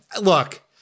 Look